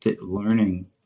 learning